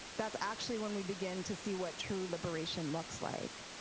that's actually when we begin to see what true liberation looks like.